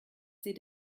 sie